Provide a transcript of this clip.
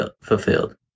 fulfilled